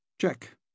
Check